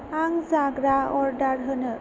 आं जाग्रा अरदार होनो